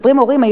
מספרים הורים,